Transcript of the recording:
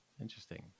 Interesting